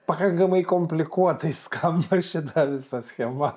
pakankamai komplikuotai skamba šita visa schema